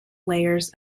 layers